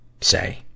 say